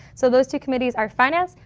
so those two committees are financed.